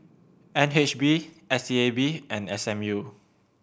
N H B S E A B and S M U